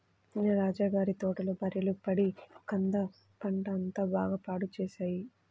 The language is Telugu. నిన్న రాజా గారి తోటలో బర్రెలు పడి కంద పంట అంతా బాగా పాడు చేశాయి